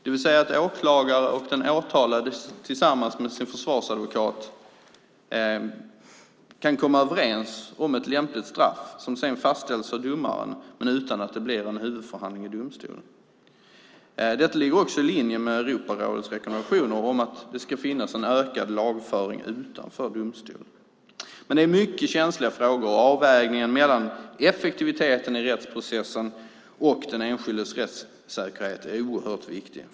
Det vill säga att åklagare och den åtalade, tillsammans med dennes försvarsadvokat, kan komma överens om lämpligt straff som sedan fastställs av domaren utan att det blir någon huvudförhandling i domstolen. Det ligger också i linje med Europarådets rekommendationer om att det ska finnas en ökad lagföring utanför domstol. Men det är mycket känsliga frågor, och avvägningen mellan effektiviteten i rättsprocessen och den enskildes rättssäkerhet är oerhört viktig.